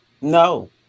No